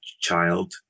child